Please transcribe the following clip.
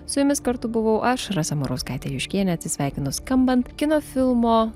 su jumis kartu buvau aš rasa murauskaitė juškienė atsisveikinu skambant kino filmo